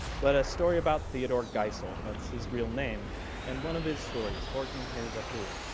but a story about theodore geisel. that's his real name and one of his stories, horton hears a who,